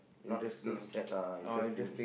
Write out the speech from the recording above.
not not sad lah interesting